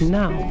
now